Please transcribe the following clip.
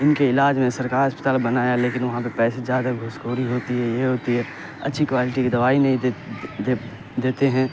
ان کے علاج میں سرکار اسپتال بنایا لیکن وہاں پیسے زیادہ گھوس خوری ہوتی ہے یہ ہوتی ہے اچھی کوالٹی کی دوائی نہیں دے دیتے ہیں